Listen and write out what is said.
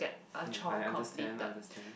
um I understand understand